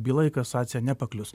byla į kasaciją nepaklius